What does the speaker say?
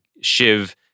Shiv